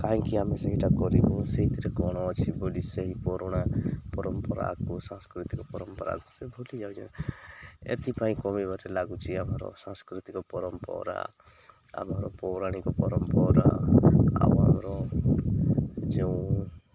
କାହିଁକି ଆମେ ସେଇଟା କରିବୁ ସେଇଥିରେ କ'ଣ ଅଛି ବୋଲି ସେହି ପୁରୁଣା ପରମ୍ପରାକୁ ସାଂସ୍କୃତିକ ପରମ୍ପରାକୁ ସେ ଭୁଲିଯାଉ ଏଥିପାଇଁ କମିବାରେ ଲାଗୁଛି ଆମର ସାଂସ୍କୃତିକ ପରମ୍ପରା ଆମର ପୌରାଣିକ ପରମ୍ପରା ଆଉ ଆମର ଯେଉଁ